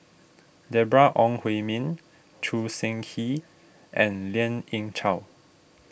Deborah Ong Hui Min Choo Seng Quee and Lien Ying Chow